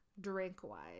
drink-wise